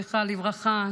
זכרה לברכה,